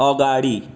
अगाडि